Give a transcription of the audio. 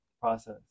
process